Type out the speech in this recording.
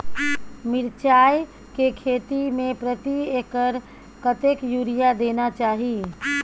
मिर्चाय के खेती में प्रति एकर कतेक यूरिया देना चाही?